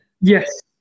Yes